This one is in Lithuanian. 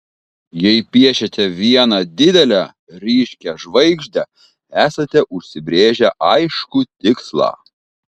jei piešiate vieną didelę ryškią žvaigždę esate užsibrėžę aiškų tikslą